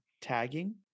tagging